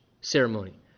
ceremony